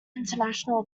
international